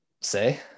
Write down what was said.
say